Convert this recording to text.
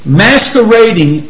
masquerading